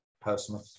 personally